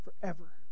forever